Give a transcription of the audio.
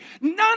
None